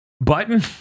button